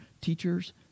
teachers